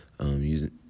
using